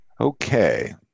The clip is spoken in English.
Okay